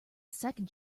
second